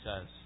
says